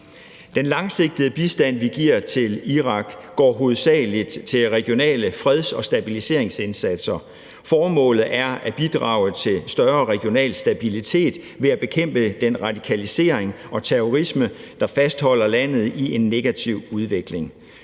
Den langsigtede bistand, vi giver til Irak, går hovedsagelig til regionale freds- og stabiliseringsindsatser, og formålet er at bidrage til større regional stabilitet ved at bekæmpe den radikalisering og terrorisme, der fastholder landet i en negativ udvikling.